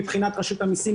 מבחינת רשות המיסים,